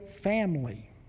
family